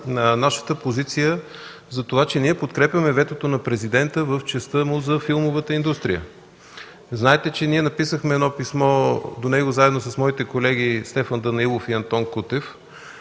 нашата позиция за това, че ние подкрепяме ветото на Президента в частта му за филмовата индустрия. Знаете, че написахме едно писмо до него заедно с моите колеги Стефан Данаилов и Антон Кутев